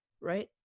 right